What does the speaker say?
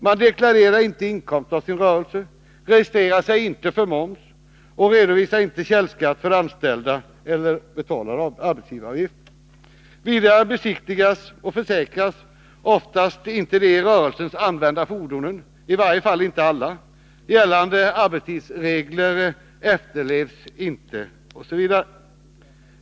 Man deklarerar inte inkomst av sin rörelse, registrerar sig inte för moms, redovisar inte källskatt för anställda och betalar inte arbetsgivaravgift. Vidare besiktigas och försäkras oftast inte de i rörelsen använda fordonen — i varje fall inte alla —, gällande arbetstidsregler efterlevs inte osv.